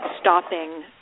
stopping